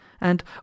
and